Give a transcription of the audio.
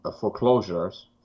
foreclosures